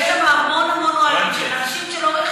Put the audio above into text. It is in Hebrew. יש שם המון המון אוהלים של אנשים שלאורך